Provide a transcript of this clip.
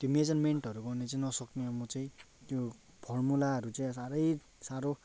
त्यो मेजरमेन्टहरू गर्ने चाहिँ नसक्ने म चाहिँ त्यो फर्मुलाहरू चाहिँ सारै सारो